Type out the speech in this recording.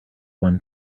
won